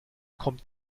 kommt